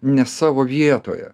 ne savo vietoje